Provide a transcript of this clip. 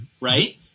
right